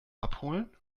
abholen